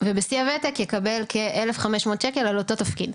ובשיא הותק יקבל כאלף חמש מאות שקל על אותו תפקיד.